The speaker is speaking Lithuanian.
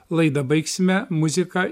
laidą baigsime muzika